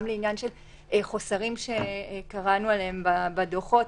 גם חסרים שקראנו עליהם בדוחות,